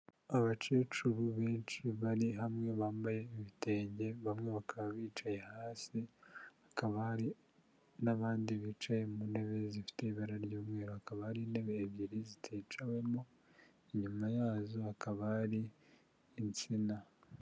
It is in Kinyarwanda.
Abakecuru benshi bari hamwe bambaye ibitenge, bamwe baka bicaye hasi akaba hari n'abandi bicaye mu ntebe zifite ibara ry'umweru, hakaba ari intebe ebyiri ziticawemo inyuma yazo hakaba ari insina.